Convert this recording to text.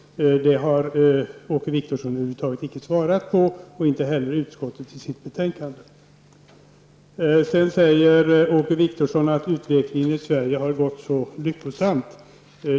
Det har Åke Wictorsson över huvud taget inte svarat på, och det har inte heller utskottet kommenterat i sitt betänkande. Sedan sade Åke Wictorsson att utvecklingen i Sverige varit så lyckosam.